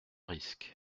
risque